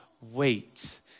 wait